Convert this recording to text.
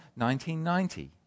1990